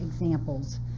examples